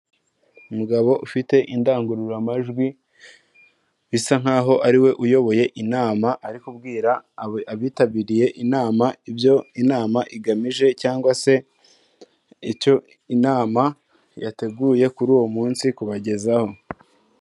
Umugabo ufite indangururamajwi bisa nk'aho ariwe uyoboye inama ari kubwira abitabiriye inama ibyo inama igamije cyangwa se icyo inama yateguye kuri uwo munsi kubagezaho.